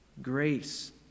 grace